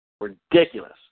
Ridiculous